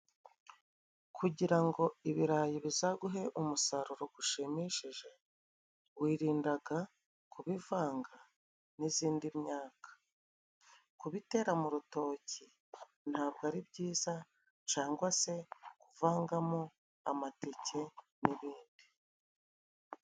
Kugira ngo ibirayi bizaguhe umusaruro gushimishije，wirindaga kubivanga n'izindi myaka，kubitera mu rutoki ntabwo ari byiza cangwa se kuvangamo amateke n'ibindi..